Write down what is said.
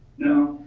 no